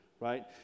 right